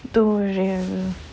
don't worry